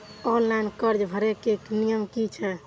Online कर्जा भरे के नियम की छे?